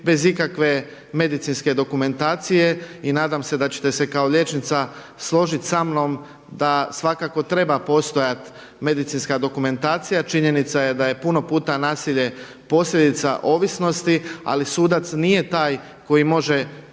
bez ikakve medicinske dokumentacije i nadam se da ćete se kao liječnica složiti sa mnom da svakako treba postojati medicinska dokumentacija. Činjenica je da je puno puta nasilje posljedica ovisnosti, ali sudaca nije taj koji može